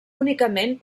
únicament